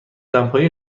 دمپایی